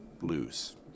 lose